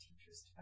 teachers